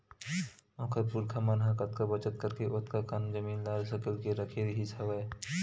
ओखर पुरखा मन ह कतका बचत करके ओतका कन जमीन ल सकेल के रखे रिहिस हवय